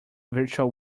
virtual